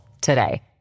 today